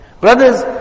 Brothers